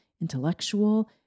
intellectual